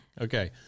Okay